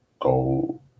go